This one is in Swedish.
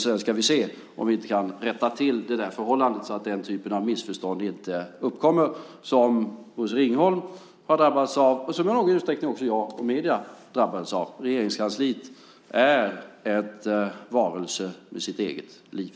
Sedan ska vi se om vi inte kan rätta till det där förhållandet så att den typ av missförstånd inte uppkommer som Bosse Ringholm har drabbats av och som i någon utsträckning också jag och medierna drabbats av. Regeringskansliet är en varelse med ett eget liv.